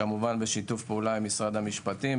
כמובן בשיתוף פעולה עם משרד המשפטים.